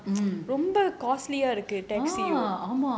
mm mm